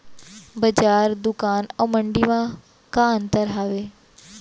बजार, दुकान अऊ मंडी मा का अंतर हावे?